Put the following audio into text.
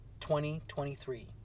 2023